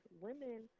women